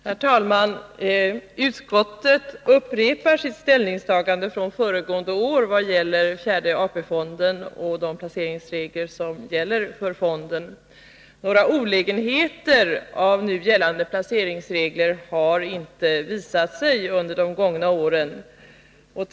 Herr talman! Utskottet upprepar sitt ställningstagande från föregående år i fråga om fjärde AP-fonden och de placeringsregler som gäller för fonden. Några olägenheter av nu gällande placeringsregler har inte visat sig under de 183 gångna åren.